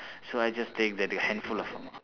so I just take that handful of amount